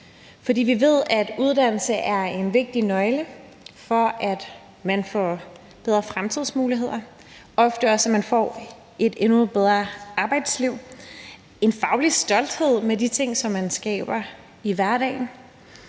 Vi ved, at uddannelse er en vigtig nøgle til, at man kan få bedre fremtidsmuligheder, og at man derved så også ofte får et endnu bedre arbejdsliv og en faglig stolthed over de ting, man skaber i hverdagen.